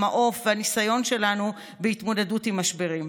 המעוף והניסיון שלנו בהתמודדות עם משברים.